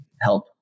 help